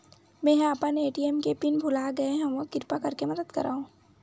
मेंहा अपन ए.टी.एम के पिन भुला गए हव, किरपा करके मदद करव